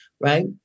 Right